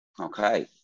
Okay